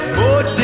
more